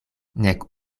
nek